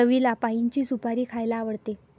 रवीला पाइनची सुपारी खायला आवडते